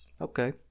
Okay